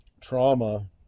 trauma